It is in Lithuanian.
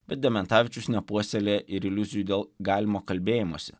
bet dementavičius nepuoselė ir iliuzijų dėl galimo kalbėjimosi